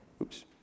oops